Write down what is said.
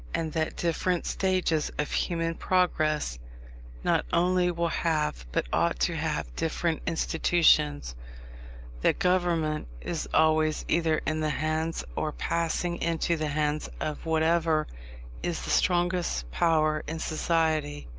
and that different stages of human progress not only will have, but ought to have, different institutions that government is always either in the hands, or passing into the hands, of whatever is the strongest power in society,